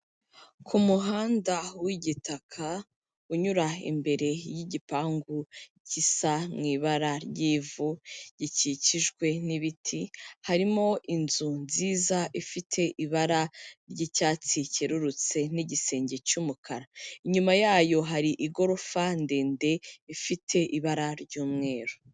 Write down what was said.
Ku muhanda w'igitaka unyura imbere y'igipangu gisa mu ibara ry'ivu, gikikijwe n'ibiti, harimo inzu nziza ifite ibara ry'icyatsi kererutse n'igisenge cy'umukara. Inyuma yayo hari igorofa ndende ifite ibara ry'umweru.